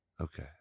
Okay